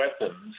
weapons